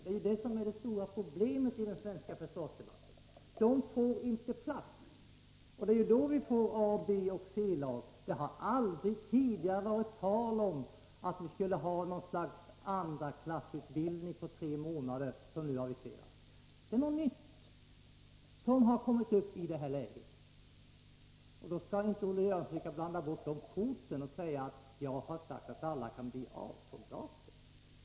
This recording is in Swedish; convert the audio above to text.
Det är detta som är det stora problemet i den svenska försvarsdebatten. Det är då vi får A-, B och C-lag. Det har aldrig tidigare varit tal om att vi skulle ha något slags andraklassutbildning på tre månader, som nu har aviserats. Det är något nytt som har kommit upp i det här läget. Då skall inte Olle Göransson försöka blanda bort korten och säga att jag har sagt att alla kan bli A-soldater.